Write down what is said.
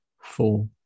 four